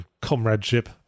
comradeship